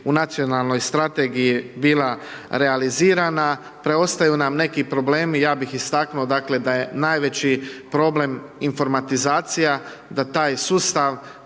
u nacionalnoj strategija bila realizirana, preostaju nam neki problemi, ja bi istaknuo da je najveći problem informatizacija, da taj sustav